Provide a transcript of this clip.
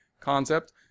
concept